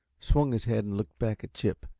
swung his head and looked back at chip,